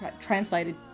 translated